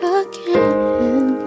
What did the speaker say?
again